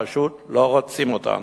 פשוט לא רוצים אותנו.